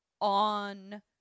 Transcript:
on